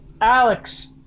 Alex